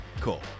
Cool